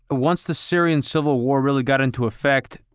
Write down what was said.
ah once the syrian civil war really got into effect,